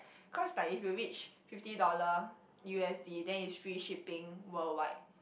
cause like if you reach fifty dollar U_S_D then is free shipping worldwide